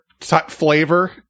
flavor